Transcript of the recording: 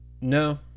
no